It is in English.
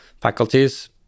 faculties